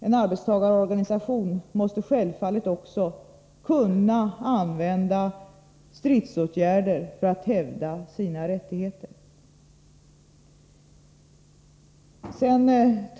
En arbetstagarorganisation måste självfallet också kunna använda stridsåtgärder för att hävda sina rättigheter.